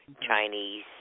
Chinese